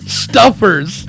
stuffers